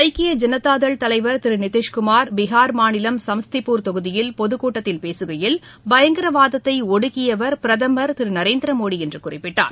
ஐக்கிய ஐனதாதள் தலைவர் திருநிதிஷ்குமார் பீகார் மாநிலம் சம்ஸ்திபூர் தொகுதியில் பொதுக் கூட்டத்தில் பேசுகையில் பயங்கரவாத்தைஒடுக்கியவர் பிரதமர் திருநரேந்திரமோடிஎன்றுகுறிப்பிட்டார்